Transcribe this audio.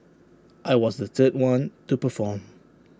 I was the third one to perform